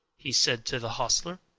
he said to the hostler.